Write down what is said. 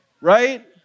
right